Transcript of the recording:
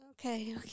Okay